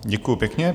Děkuju pěkně.